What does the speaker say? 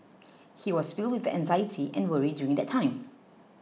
he was filled with anxiety and worry during that time